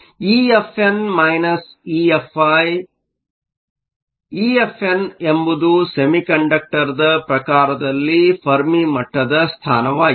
ಆದ್ದರಿಂದ EFn EFi EFn ಎಂಬುದು ಸೆಮಿಕಂಡಕ್ಟರ್ದ ಪ್ರಕಾರದಲ್ಲಿ ಫೆರ್ಮಿ ಮಟ್ಟದ ಸ್ಥಾನವಾಗಿದೆ